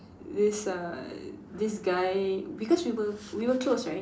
this uh this guy because we were we were close right